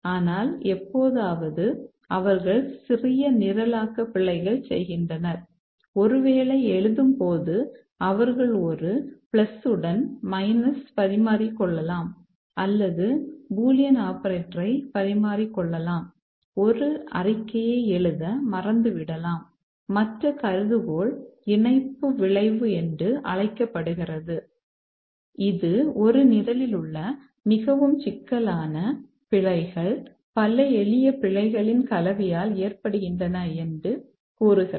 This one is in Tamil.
ஆனால் எப்போதாவது அவர்கள் சிறிய நிரலாக்க பிழைகள் செய்கின்றனர் ஒருவேளை எழுதும் போது அவர்கள் ஒரு உடன் பரிமாறிக் கொள்ளலாம் அல்லது பூலியன் ஆபரேட்டரை பரிமாறிக்கொள்ளலாம் ஒரு அறிக்கையை எழுத மறந்துவிடலாம் மற்ற கருதுகோள் இணைப்பு விளைவு என்று அழைக்கப்படுகிறது இது ஒரு நிரலில் உள்ள மிகவும் சிக்கலான பிழைகள் பல எளிய பிழைகளின் கலவையால் ஏற்படுகின்றன என்று கூறுகிறது